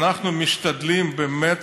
ואנחנו משתדלים באמת